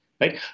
right